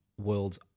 world's